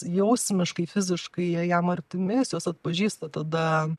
jausmiškai fiziškai jie jam artimi jis juos atpažįsta tada